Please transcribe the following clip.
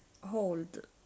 hold